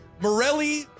Morelli